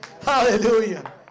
hallelujah